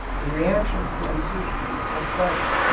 the reaction produces heat and pressure,